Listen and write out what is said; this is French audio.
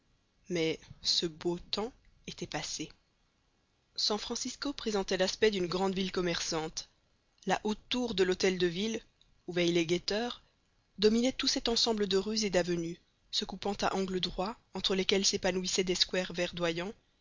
mais ce beau temps était passé san francisco présentait l'aspect d'une grande ville commerçante la haute tour de l'hôtel de ville où veillent les guetteurs dominait tout cet ensemble de rues et d'avenues se coupant à angles droits entre lesquels s'épanouissaient des squares verdoyants